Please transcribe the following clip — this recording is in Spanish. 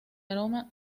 aroma